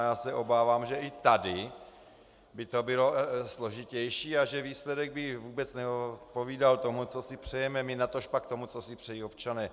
Já se obávám, že i tady by to bylo složitější a že výsledek by vůbec neodpovídal tomu, co si přejeme my, natožpak tomu, co si přejí občané.